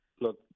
Look